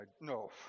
no